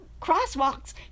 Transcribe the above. crosswalks